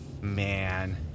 Man